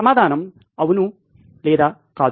సమాధానం అవును మరియు కాదు